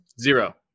Zero